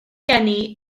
geni